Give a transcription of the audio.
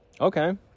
Okay